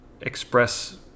express